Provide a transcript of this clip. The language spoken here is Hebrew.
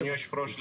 אדוני היושב-ראש,